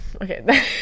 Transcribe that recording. okay